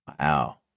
Wow